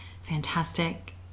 fantastic